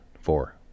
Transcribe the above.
Four